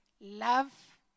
Love